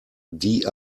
die